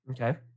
Okay